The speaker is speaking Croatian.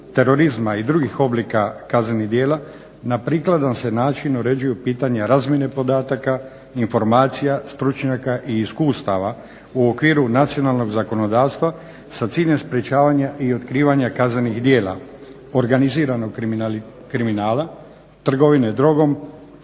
terorizma i drugih oblika kaznenih djela na prikladan se način uređuju pitanja razmjene podataka, informacija stručnjaka i iskustava u okviru nacionalnog zakonodavstva sa ciljem sprečavanja i otkrivanja kaznenih djela organiziranog kriminala, trgovine drogom